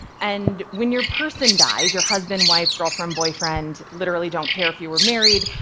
and when your person dies, your husband, wife, girlfriend, boyfriend, literally don't care if you were married,